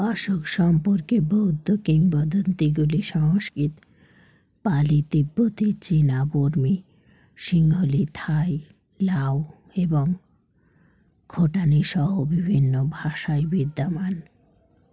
অশক সম্পর্কে বৌদ্ধ কিংবদন্তিগুলি সংস্কিত পালি তীব্যতিী চীনা বর্মী সিংহলি থাই লাউ এবং ঘটানি সহ বিভিন্ন ভাষায় বিদ্যামান